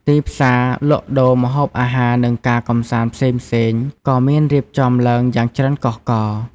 ទីផ្សារលក់ដូរ ម្ហូបអាហារ និងការកម្សាន្តផ្សេងៗក៏មានរៀបចំឡើងយ៉ាងច្រើនកុះករ។